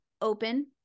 open